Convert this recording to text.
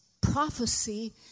prophecy